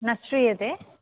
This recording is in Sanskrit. न श्रूयते